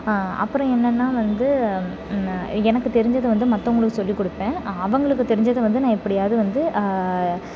அப்புறம் என்னென்னால் வந்து ந எனக்கு தெரிஞ்சதை வந்து மற்றவங்களுக்கு சொல்லி கொடுப்பேன் அவர்களுக்கு தெரிஞ்சதை வந்து நான் எப்படியாது வந்து